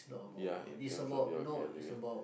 ya in terms of your career